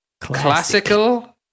classical